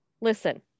listen